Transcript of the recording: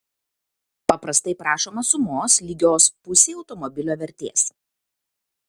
paprastai prašoma sumos lygios pusei automobilio vertės